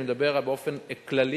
אני מדבר באופן כללי,